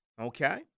Okay